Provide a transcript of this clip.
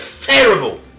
terrible